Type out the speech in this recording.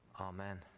Amen